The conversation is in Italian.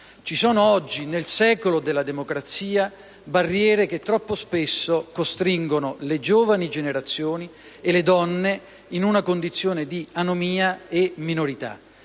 Ci sono oggi, nel secolo della democrazia, barriere che troppo spesso costringono le giovani generazioni e le donne in una condizione di anomia e minorità: